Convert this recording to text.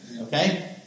Okay